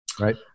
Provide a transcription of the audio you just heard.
Right